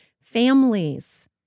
families